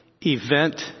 event